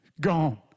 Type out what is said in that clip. Gone